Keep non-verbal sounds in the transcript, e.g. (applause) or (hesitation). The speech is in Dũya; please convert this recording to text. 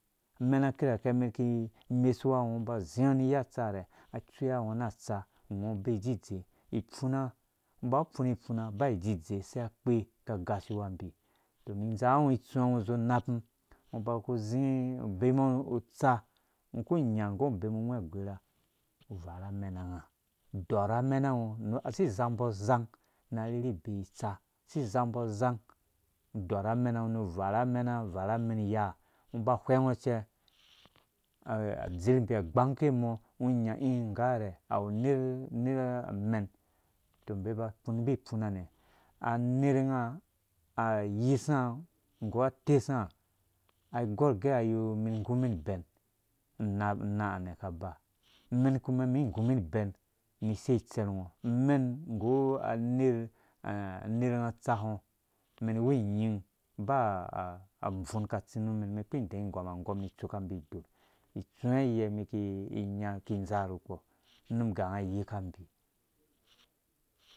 Amɛna kirakɛ umɛn ki imɛsuwa ungo ba uziɔ ni iya utsarɛ ai utsuya ungo na atsu ungo ubee idzidze ifung ungo uba ufunu ifuna ba dzidze sai akpe ka agashuwa umbi to umum indzaa. ungo itsũwã ungo uzu unapum ungo uba ku zii ubemɔ utsa ungo uku unya ugɛ ungo ubɛmu ungwe agwɛrha uvara amenanga udɔra amenango nɔ asi izang mbɔ azang na arherhe ibee utsa si izangbɔ azang udɔɔr amenango nu uvara amenanga uvara ameniya ungo ba uhwɛngo cɛ adirhmbi agbangke mɔ ungo unye ii ngai ha rɛ awu uner ner amɛn tɔ umbi aba afunumbi ifuma nɛ kaba umɛn igumɛn ibɛn una nɛ kaba unɛn kuma mɛn igumɛn ibɛn ni isei itsɛrhngo umɛn nggu aner (hesitation) aner unga utsakungo umɛn iwu nying ba a abvun ka atsi nu umɛn umɛn ikpiri idɛɛ igɔm angɔm ni itsuka umbi iddɔrh itsuwa yɛ umun iki inya ki indzaa ru kpɔ unumm iganga ayika umbi